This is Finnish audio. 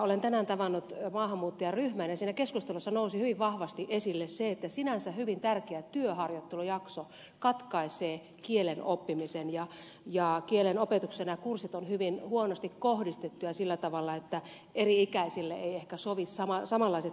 olen tänään tavannut maahanmuuttajaryhmän ja siinä keskustelussa nousi hyvin vahvasti esille se että sinänsä hyvin tärkeä työharjoittelujakso katkaisee kielen oppimisen ja kielen opetuksen kurssit ovat hyvin huonosti kohdistettuja sillä tavalla että eri ikäisille ei ehkä sovi samanlaiset kurssit